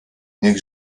niech